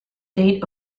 date